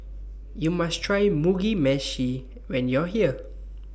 YOU must Try Mugi Meshi when YOU Are here